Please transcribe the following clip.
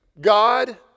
God